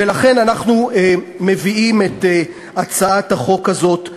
ולכן אנחנו מביאים את הצעת החוק הזאת לכאן.